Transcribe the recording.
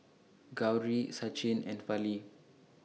Gauri Sachin and Fali